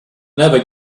never